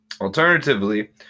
Alternatively